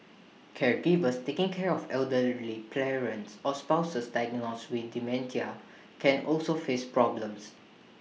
caregivers taking care of elderly parents or spouses diagnosed with dementia can also face problems